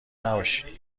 نباشین